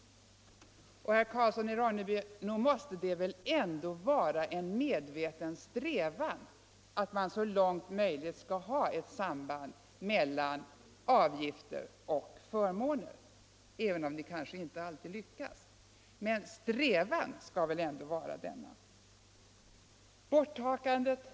Nog måste man väl ändå, herr Karlsson i Ronneby, ha en medveten strävan att uppnå ett samband mellan avgifter och förmåner? Man kanske inte alltid lyckas uppnå detta samband, men en strävan att göra det bör väl ändå finnas.